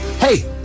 Hey